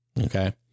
Okay